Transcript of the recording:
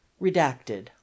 redacted